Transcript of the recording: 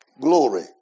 glory